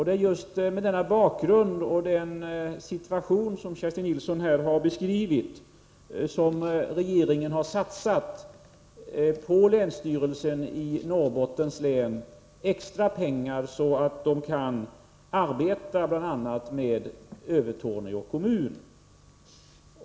Det är just mot bakgrund av den situation som Kerstin Nilsson här har beskrivit som regeringen har satsat extra medel på länsstyrelsen i Norrbottens län, så att länet kan arbeta med problemen i bl.a. Övertorneå kommun.